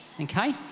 okay